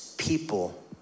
people